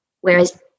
whereas